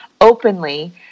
openly—